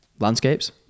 Landscapes